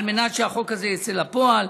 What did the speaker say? על מנת שהחוק הזה יצא לפועל.